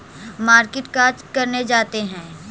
Market का करने जाते हैं?